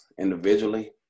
individually